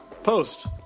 Post